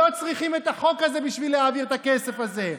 לא צריכים את החוק הזה בשביל להעביר את הכסף הזה.